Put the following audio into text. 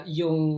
yung